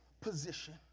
position